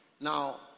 Now